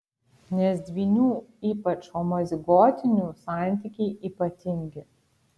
nes dvynių ypač homozigotinių santykiai ypatingi